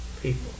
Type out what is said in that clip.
people